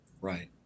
Right